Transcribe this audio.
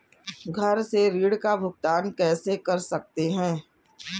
घर से ऋण का भुगतान कैसे कर सकते हैं?